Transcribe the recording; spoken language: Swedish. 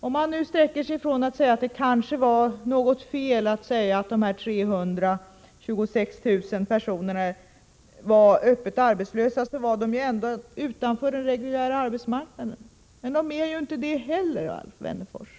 Om man medger att det kan ha varit fel att säga att de 326 000 personerna är öppet arbetslösa kanske man ändå vill mena att de är utanför den reguljära arbetsmarknaden. Men det förhåller sig inte heller på det sättet, Alf Wennerfors.